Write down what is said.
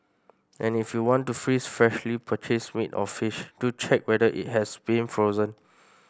and if you want to freeze freshly purchased meat or fish do check whether it has been frozen